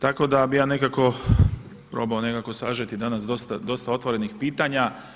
Tako da bih ja nekako probao nekako sažeti danas dosta otvorenih pitanja.